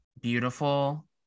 beautiful